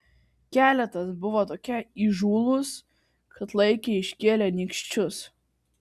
keletas buvo tokie įžūlūs kad laikė iškėlę nykščius